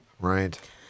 right